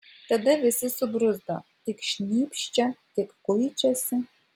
tada visi subruzdo tik šnypščia tik kuičiasi